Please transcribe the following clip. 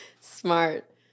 Smart